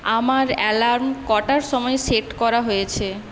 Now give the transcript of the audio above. আমার অ্যালার্ম কটার সময় সেট করা হয়েছে